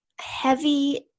heavy